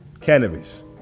cannabis